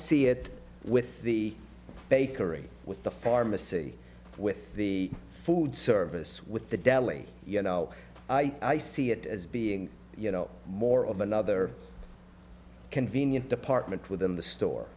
see it with the bakery with the pharmacy with the food service with the deli you know i see it as being you know more of another convenient department within the store